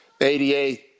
88